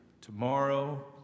tomorrow